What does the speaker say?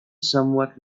somewhat